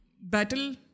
battle